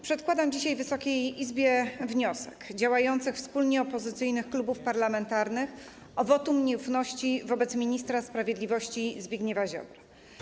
Przedkładam dzisiaj Wysokiej Izbie wniosek działających wspólnie opozycyjnych klubów parlamentarnych o wotum nieufności wobec ministra sprawiedliwości Zbigniewa Ziobry.